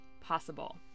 possible